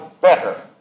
better